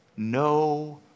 No